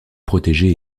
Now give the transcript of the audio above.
protéger